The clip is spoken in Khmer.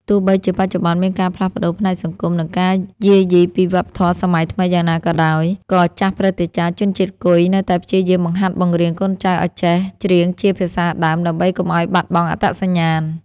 ទោះបីជាបច្ចុប្បន្នមានការផ្លាស់ប្តូរផ្នែកសង្គម និងការយាយីពីវប្បធម៌សម័យថ្មីយ៉ាងណាក៏ដោយ ក៏ចាស់ព្រឹទ្ធាចារ្យជនជាតិគុយនៅតែព្យាយាមបង្ហាត់បង្រៀនកូនចៅឱ្យចេះច្រៀងជាភាសាដើម ដើម្បីកុំឱ្យបាត់បង់អត្តសញ្ញាណ។